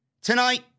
tonight